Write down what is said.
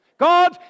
God